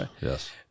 yes